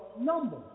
number